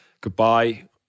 goodbye